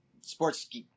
sports